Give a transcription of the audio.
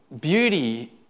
beauty